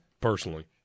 personally